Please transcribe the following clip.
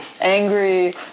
angry